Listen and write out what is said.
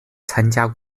参加